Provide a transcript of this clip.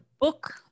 book